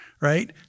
right